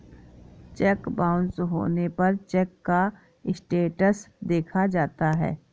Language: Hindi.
चेक बाउंस होने पर चेक का स्टेटस देखा जाता है